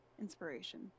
inspiration